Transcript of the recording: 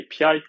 API